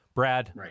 Brad